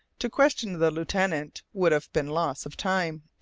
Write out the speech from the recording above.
to question the lieutenant would have been loss of time.